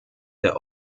der